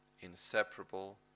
inseparable